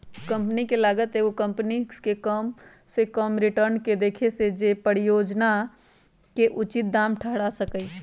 पूंजी के लागत एगो कंपनी के कम से कम रिटर्न के देखबै छै जे परिजोजना के उचित ठहरा सकइ